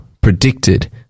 predicted